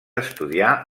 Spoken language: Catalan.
estudiar